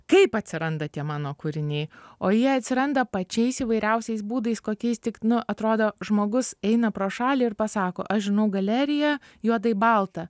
kaip atsiranda tie mano kūriniai o jie atsiranda pačiais įvairiausiais būdais kokiais tik nu atrodo žmogus eina pro šalį ir pasako aš žinau galeriją juodai baltą